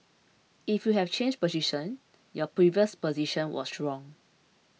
if we have changed position and your previous position was wrong